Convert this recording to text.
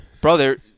brother